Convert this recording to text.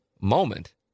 moment